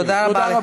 תודה רבה.